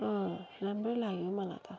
अँ राम्रो लाग्यो मलाई त